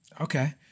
Okay